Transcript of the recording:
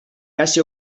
casi